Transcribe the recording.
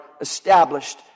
established